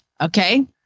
okay